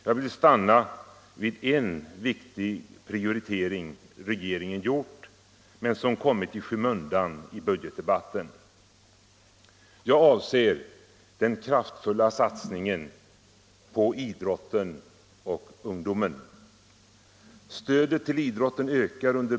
Jag vill stanna vid en viktig prioritering, som regeringen har gjort men som har kommit i skymundan i budgetdebatten. Jag avser den kraftfulla satsningen på idrotten och ungdomen.